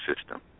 system